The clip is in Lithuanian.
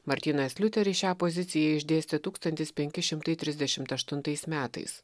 martynas liuteris šią poziciją išdėstė tūkstantis penki šimtai trisdešimt aštuntais metais